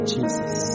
Jesus